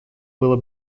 было